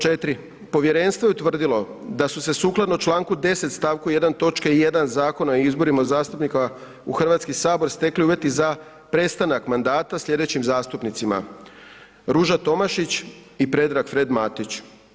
4. Povjerenstvo je utvrdilo da se sukladno čl. 10. st. 1. točke 1. Zakona o izborima zastupnika u Hrvatski sabor stekli uvjeti za prestanak mandata sljedećim zastupnicima: Ruža Tomašić i Predrag Fred Matić.